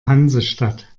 hansestadt